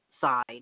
side